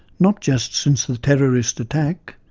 not just since the terrorist attack,